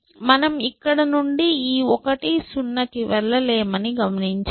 మనం ఇక్కడ నుండి ఈ 1 0 కి వెళ్లలేమని గమనించాము